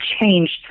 changed